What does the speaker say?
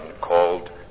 called